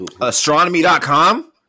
Astronomy.com